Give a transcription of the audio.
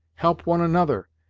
help one another,